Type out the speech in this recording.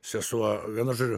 sesuo vienu žodžiu